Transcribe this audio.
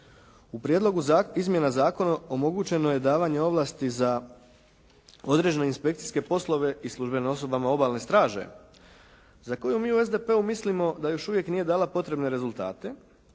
U prijedlogu izmjena zakona omogućeno je davanje ovlasti za određene inspekcijske poslove i službenim osobama obalne straže za koje mi u SDP-u mislimo da još uvijek nije dala potrebne rezultate.